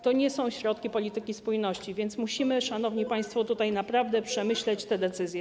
To nie są środki polityki spójności, więc musimy, szanowni państwo, tutaj naprawdę przemyśleć te decyzje.